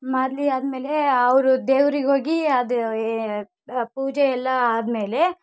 ಮಾದಲಿ ಆದ ಮೇಲೆ ಅವರು ದೇವ್ರಿಗೆ ಹೋಗಿ ಅದು ಅ ಪೂಜೆ ಎಲ್ಲ ಆದ ಮೇಲೆ